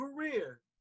career